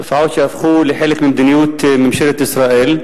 תופעות שהפכו לחלק ממדיניות ממשלת ישראל,